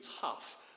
tough